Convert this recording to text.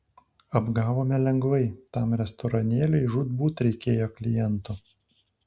apgavome lengvai tam restoranėliui žūtbūt reikėjo klientų